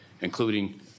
including